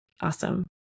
Awesome